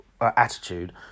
attitude